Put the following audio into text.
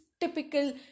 typical